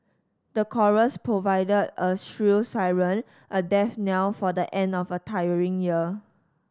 the chorus provided a shrill siren a death knell for the end of a tiring year